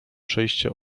przejście